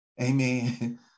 Amen